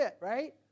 right